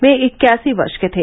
वे इक्यासी वर्ष के थे